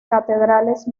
catedrales